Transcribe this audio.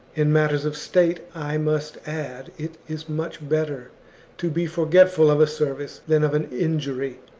in matters of state, i must add, it is much better to be forgetful of a service than of an injury.